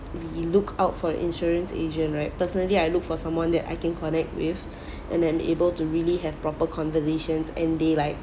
we look out for an insurance agent right personally I look for someone that I can connect with and then able to really have proper conversations and they like